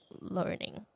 learning